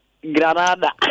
Granada